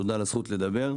תודה על הזכות לדבר.